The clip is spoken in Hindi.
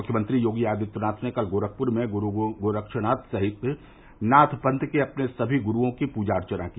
मुख्यमंत्री योगी आदित्यनाथ ने कल गोरखपुर में गुरू गोरक्षनाथ सहित नाथ पंथ के अपने सभी गुरूओं की पूज अर्चना की